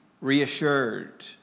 reassured